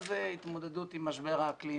מה זה התמודדות עם משבר האקלים?